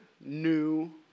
new